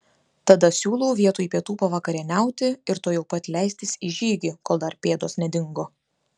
tada siūlau vietoj pietų pavakarieniauti ir tuojau pat leistis į žygį kol dar pėdos nedingo